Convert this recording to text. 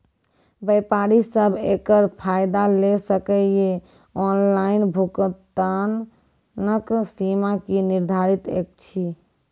व्यापारी सब एकरऽ फायदा ले सकै ये? ऑनलाइन भुगतानक सीमा की निर्धारित ऐछि?